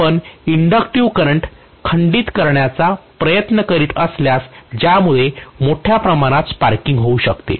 आपण inductive current खंडित करण्याचा प्रयत्न करीत असल्यास ज्यामुळे मोठ्या प्रमाणात स्पार्किंग होऊ शकते